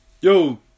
Yo